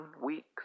weeks